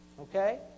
Okay